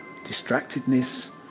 distractedness